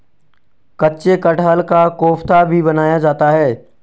कच्चे कटहल का कोफ्ता भी बनाया जाता है